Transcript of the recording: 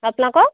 আপোনালোকক